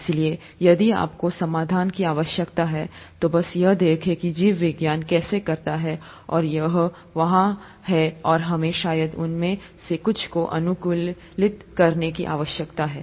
इसलिए यदि आपको समाधान की आवश्यकता है तो बस यह देखें कि जीव विज्ञान कैसे करता है और यह वहां है और हमें शायद उनमें से कुछ को अनुकूलित करने की आवश्यकता है